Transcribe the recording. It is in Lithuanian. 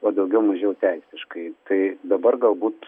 o daugiau mažiau teisiškai tai dabar galbūt